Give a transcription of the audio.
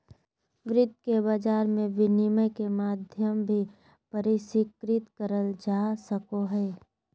वित्त के बाजार मे विनिमय के माध्यम भी परिष्कृत करल जा सको हय